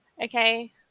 Okay